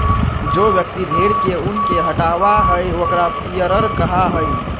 जो व्यक्ति भेड़ के ऊन के हटावा हई ओकरा शियरर कहा हई